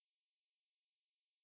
no it's not nacho cheese ya